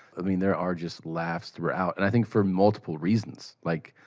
i mean there are just laughs throughout. and i think for multiple reasons. like,